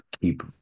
keep